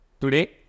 Today